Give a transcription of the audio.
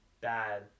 bad